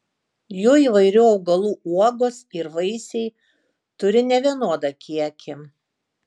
jų įvairių augalų uogos ir vaisiai turi nevienodą kiekį